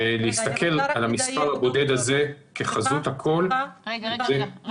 שלהסתכל על הנתון הזה כחזות הכול זה